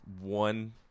one